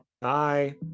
Bye